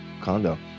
condo